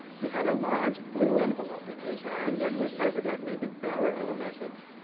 he had a large blue envelope in his hand, and was evidently the bearer of a message.